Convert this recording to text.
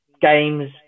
games